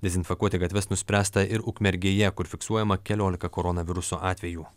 dezinfekuoti gatves nuspręsta ir ukmergėje kur fiksuojama keliolika koronaviruso atvejų